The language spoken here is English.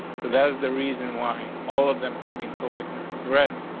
so that is the reason why all of them have been selected with red.